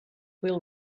will